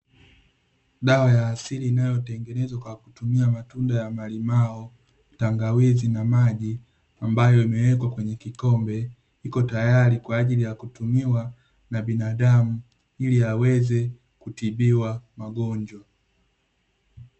Dawa ya asili inayotengenezwa kwa kutumia matunda ya malimao, tangawizi na maji, ambayo imewekwa kwenye kikombe, iko tayari kwa ajili ya kutumiwa na binadamu, ili aweze kutibiwa magonjwa.